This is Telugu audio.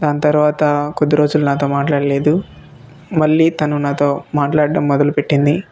దాని తర్వాత కొద్ది రోజులు నాతో మాట్లాడలేదు మళ్ళీ తను నాతో మాట్లాడటం మొదలుపెట్టింది